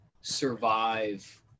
survive